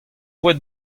boued